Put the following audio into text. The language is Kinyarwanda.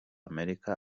amerika